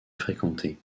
fréquentée